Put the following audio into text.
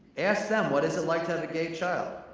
ask them what is it like to have a gay child.